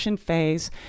phase